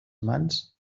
mans